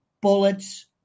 bullets